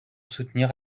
soutenir